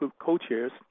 co-chairs